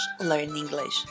learnenglish